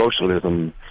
socialism